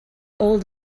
old